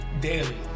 daily